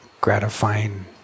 Gratifying